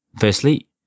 Firstly